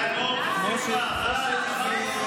די, אלמוג, מספיק כבר.